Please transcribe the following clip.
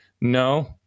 no